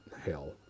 hell